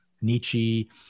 Nietzsche